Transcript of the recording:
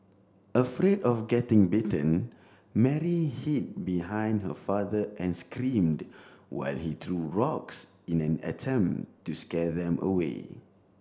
afraid of getting bitten Mary hid behind her father and screamed while he threw rocks in an attempt to scare them away